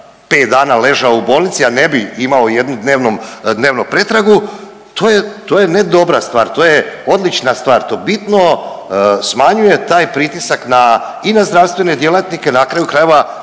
dana ležao u bolnici, a ne bi imao jednu dnevno pretragu to je ne dobra stvar. To je odlična stvar. To bitno smanjuje taj pritisak na i na zdravstvene djelatnike, na kraju krajeva